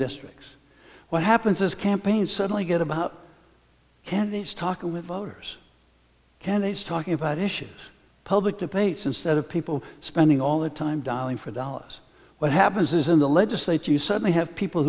districts what happens is campaign suddenly get about candy's talking with voters candidates talking about issues public debates instead of people spending all the time dialing for dollars what happens is in the legislature you suddenly have people